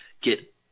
get